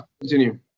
continue